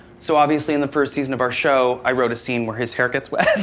so obviously in the first season of our show i wrote a scene where his hair gets wet. it's